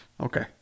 Okay